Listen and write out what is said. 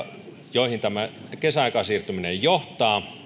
joihin tämä kesäaikaan siirtyminen johtaa